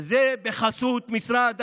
וזה בחסות משרד החינוך.